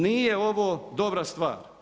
Nije ovo dobra stvar.